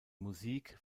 musik